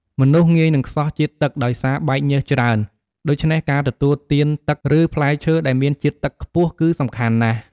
មនុស្សងាយនឹងខ្សោះជាតិទឹក ដោយសារបែកញើសច្រើន ដូច្នេះការទទួលទានទឹកឬផ្លែឈើដែលមានជាតិទឹកខ្ពស់គឺសំខាន់ណាស់។